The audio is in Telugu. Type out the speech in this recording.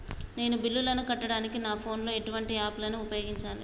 నేను బిల్లులను కట్టడానికి నా ఫోన్ లో ఎటువంటి యాప్ లను ఉపయోగించాలే?